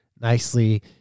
nicely